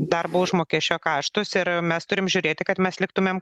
darbo užmokesčio kaštus ir mes turim žiūrėti kad mes liktumėm